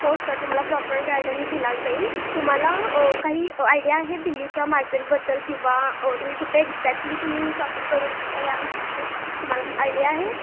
हो सर तुम्हाला proper guidance दिला जाईल तुम्हाला काही आयडिया आहे दिल्लीच्या मार्केटबद्दल किंवा तुम्ही कुठे एक्झॅक्टली तुम्ही शॉपिंग करू शकता या विषयी तुम्हाला आयडिया आहे